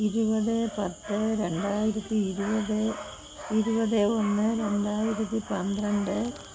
ഇരുപത് പത്ത് രണ്ടായിരത്തി ഇരുപത് ഇരുപത് ഒന്ന് രണ്ടായിരത്തി പന്ത്രണ്ട്